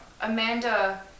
Amanda